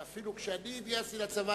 ואפילו כשאני התגייסתי לצבא,